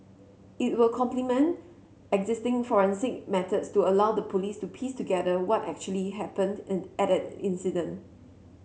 it will complement existing forensic methods to allow the Police to piece together what actually happened end at an incident